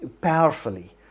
powerfully